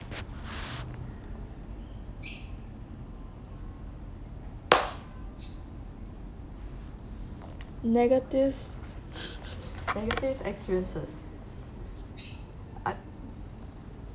negative negative experiences part